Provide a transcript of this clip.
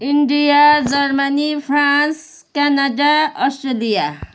India Germany France Canada Australia